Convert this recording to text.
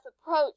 approach